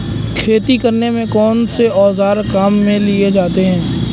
खेती करने में कौनसे औज़ार काम में लिए जाते हैं?